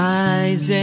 eyes